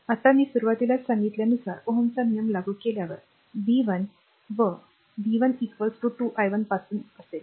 आता मी सुरुवातीलाच सांगितल्या नुसार ओहम्स चा नियम लागू केल्यास व्ही 1 व् v 1 2 i1 पासून असेल